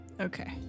Okay